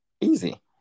easy